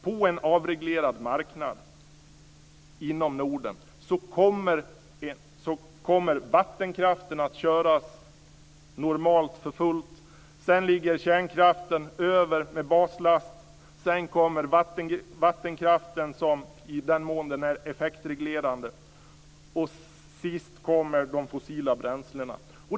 På en avreglerad marknad inom Norden kommer vattenkraften att köras normalt för fullt. Sedan ligger kärnkraften över med baslast. Sedan kommer vattenkraften i den mån som den är effektreglerande. Och sist kommer de fossila bränslena.